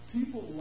People